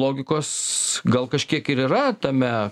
logikos gal kažkiek ir yra tame